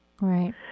Right